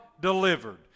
delivered